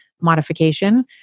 modification